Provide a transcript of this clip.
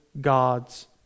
God's